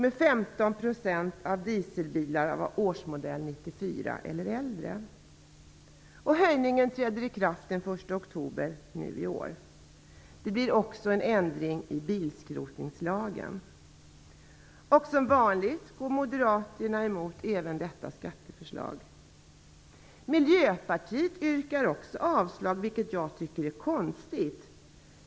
Det blir också en ändring i bilskrotningslagen. Som vanligt går moderaterna emot även detta skatteförslag. Miljöpartiet yrkar också avslag vilket jag tycker är konstigt.